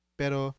pero